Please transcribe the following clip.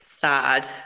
sad